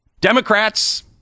Democrats